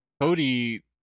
Cody